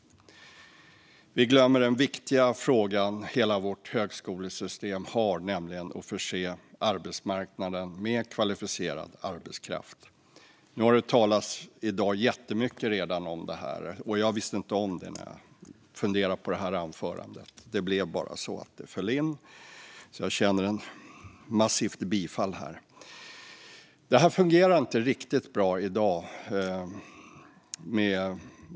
Vi glömmer den viktiga uppgift som hela vårt högskolesystem har, nämligen att förse arbetsmarknaden med kvalificerad arbetskraft. Det har redan talats jättemycket om detta i dag, vilket jag inte visste om när jag funderade på det här anförandet. Det blev bara så att det föll in, så jag känner ett massivt bifall här.